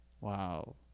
wow